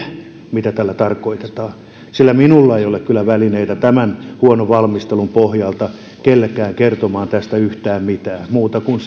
mitä tällä tarkoitetaan sillä minulla ei ole kyllä välineitä tämän huonon valmistelun pohjalta kellekään kertoa tästä yhtään mitään muuta kuin